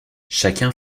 chacun